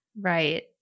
right